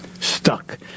stuck